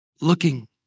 looking